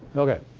okay.